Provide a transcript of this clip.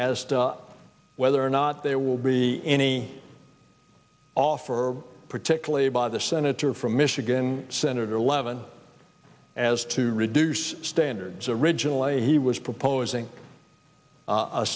as to whether or not there will be any offer particularly by the senator from michigan senator levin as to reduce standards originally he was proposing